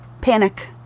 Panic